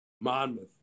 Monmouth